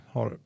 Har